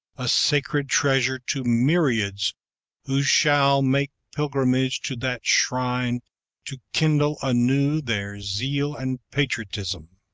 a sacred treasure to myriads who shall make pilgrimage to that shrine to kindle anew their zeal and patriotism.